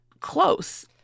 close